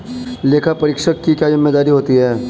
लेखापरीक्षक की क्या जिम्मेदारी होती है?